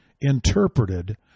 interpreted